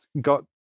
got